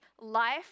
life